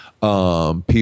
People